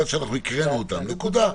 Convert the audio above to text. נקודה.